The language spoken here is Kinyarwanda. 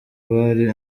abari